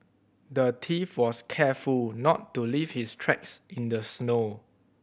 the thief was careful not to leave his tracks in the snow